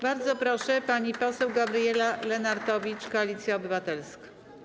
Bardzo proszę, pani poseł Gabriela Lenartowicz, Koalicja Obywatelska.